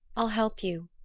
i'll help you,